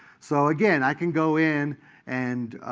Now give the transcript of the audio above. so again, i can go in and,